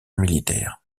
militaire